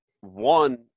one